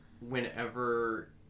whenever